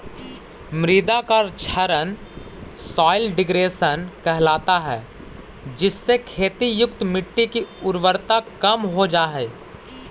मृदा का क्षरण सॉइल डिग्रेडेशन कहलाता है जिससे खेती युक्त मिट्टी की उर्वरता कम हो जा हई